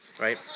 right